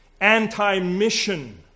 anti-mission